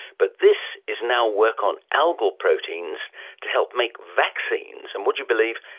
but this is now work on algal proteins to help make vaccines and, would you believe,